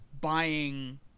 buying